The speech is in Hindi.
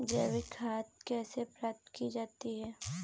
जैविक खाद कैसे प्राप्त की जाती है?